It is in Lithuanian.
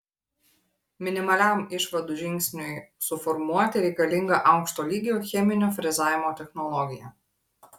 minimaliam išvadų žingsniui suformuoti reikalinga aukšto lygio cheminio frezavimo technologija